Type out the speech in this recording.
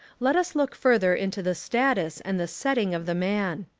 let us look further into the status and the setting of the man.